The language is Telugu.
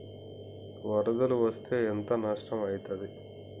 వరదలు వస్తే ఎంత నష్టం ఐతది?